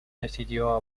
decidió